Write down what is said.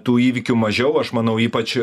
tų įvykių mažiau aš manau ypač